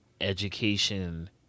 education